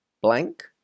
blank